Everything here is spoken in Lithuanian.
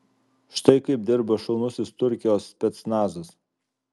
štai kaip dirba šaunusis turkijos specnazas